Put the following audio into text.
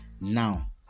now